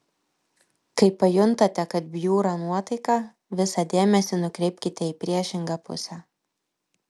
kai pajuntate kad bjūra nuotaika visą dėmesį nukreipkite į priešingą pusę